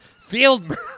Field